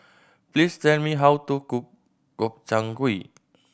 please tell me how to cook Gobchang Gui